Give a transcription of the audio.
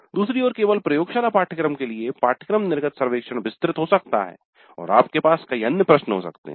दूसरी ओर केवल प्रयोगशाला पाठ्यक्रम के लिए पाठ्यक्रम निकास सर्वेक्षण विस्तृत हो सकता है और आपके पास कई अन्य प्रश्न हो सकते हैं